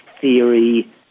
theory